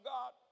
God